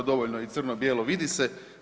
Dovoljno je i crno-bijelo vidi se.